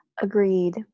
Agreed